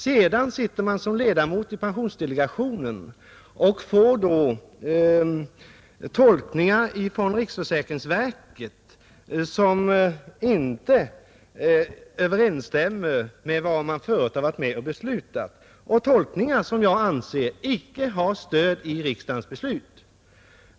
Sedan har jag suttit som ledamot i pensionsdelegationen och fått tolkningar från riksförsäkringsverket som inte överensstämmer med vad jag förut har varit med om att besluta, tolkningar som jag anser icke har stöd i riksdagens beslut.